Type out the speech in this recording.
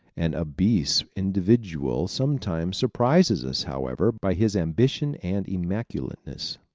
an obese individual sometimes surprises us, however, by his ambition and immaculateness.